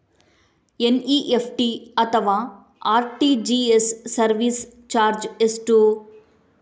NEFT ಅಥವಾ RTGS service charge ಎಷ್ಟು?